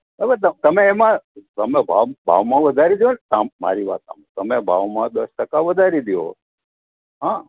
હવે તમે એમાં તમે ભાવમાં વધારી દો મારી વાત સાંભળો તમે ભાવમા દસ ટકા વધારી દો હા